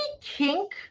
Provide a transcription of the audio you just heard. kink